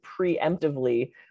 preemptively